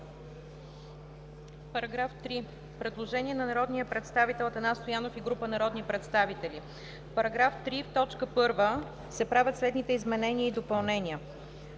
Параграф 2 – предложение на народния представител Атанас Стоянов и група народни представители: В § 2, в т. 1 се правят следните изменения и допълнения: